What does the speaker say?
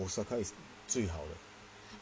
ah osaka is 最好的